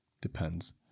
depends